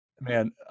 man